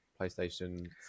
PlayStation